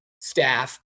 staff